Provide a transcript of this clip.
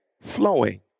flowing